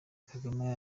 kagame